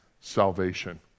salvation